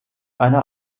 eine